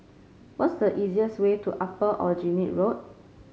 what's the easiest way to Upper Aljunied Road